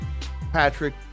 Patrick